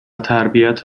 تربیت